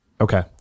okay